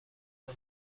منو